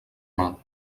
mal